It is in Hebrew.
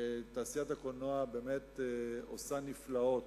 תעשיית הקולנוע באמת עושה נפלאות,